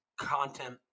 content